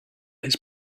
his